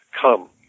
come